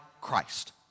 Christ